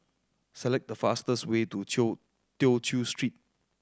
select the fastest way to Chew Tew Chew Street